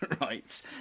right